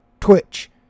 Twitch